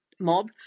mob